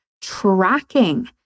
Tracking